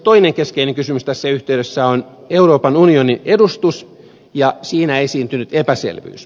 toinen keskeinen kysymys tässä yhteydessä on euroopan unionin edustus ja siinä esiintynyt epäselvyys